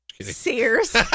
Sears